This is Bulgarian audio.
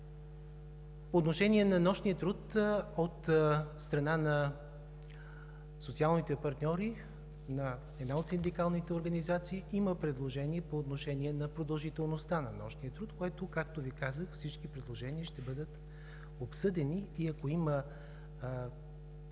По отношение на нощния труд. От страна на социалните партньори, на една от синдикалните организации, има предложение по отношение на продължителността на нощния труд, което, както Ви казах, всички предложения ще бъдат обсъдени и ако има